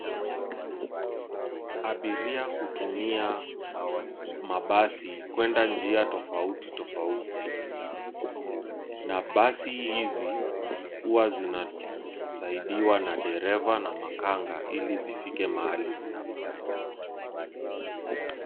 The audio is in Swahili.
Abiria hutumia mabasi kuenda njia tofauti tofauti na basi hizi huwa zinasaidiwa na dereva na makanga ili zifike mahali zinapoenda.